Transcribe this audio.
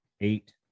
eight